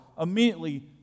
immediately